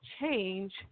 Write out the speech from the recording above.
change